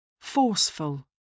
Forceful